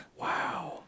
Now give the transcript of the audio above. Wow